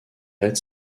red